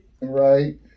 Right